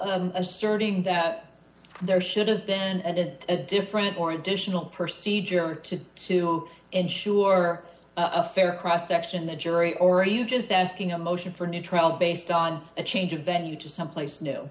asserting that there should have been at it a different or additional proceed to ensure a fair cross section the jury or are you just asking a motion for a new trial based on a change of venue to someplace new